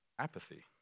apathy